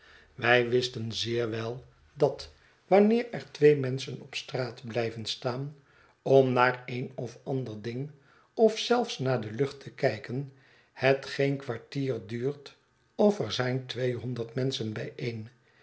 wij wisten zeer wel dat wanneer er twee menschen op straat blijven staan orn naar een of ander ding of zelfs naar de lucht te kijken het geen kwartier duurt of er zijn tweehonderd menschen bijeen